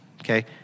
Okay